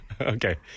Okay